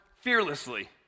Fearlessly